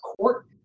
court